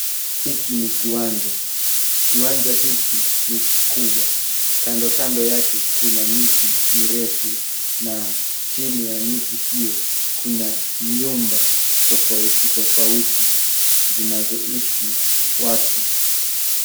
Hiki ni kiwanja. Kiwanja hiki ni kikubwa. Kando kando yake kuna miti mirefu na chini ya miti hiyo kuna nyumba tofauti tofauti zinazoishi watu.